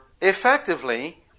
effectively